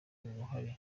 uruhare